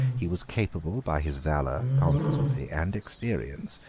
he was capable, by his valor, constancy, and experience,